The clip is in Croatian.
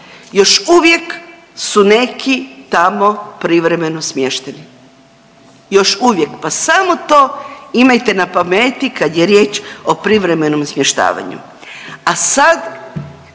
Još uvijek su neki tamo privremeno smješteni. Još uvijek pa samo to imajte na pameti kad je riječ o privremenom smještavanju. A sad